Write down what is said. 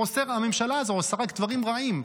הממשלה הזו עושה רק דברים רעים,